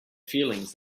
feelings